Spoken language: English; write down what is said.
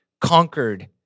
conquered